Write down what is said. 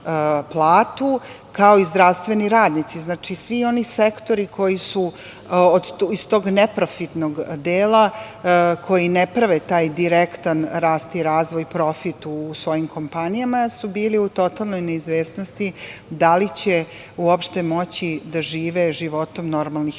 kao i zdravstveni radnici. Znači, svi oni sektori koji su iz tog neprofitnog dela, koji ne prave taj direktan rast i razvoj profit u svojim kompanijama, jer su bili u totalnoj neizvesnosti da li će uopšte moći da žive životom normalnih ljudi. Sa